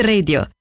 Radio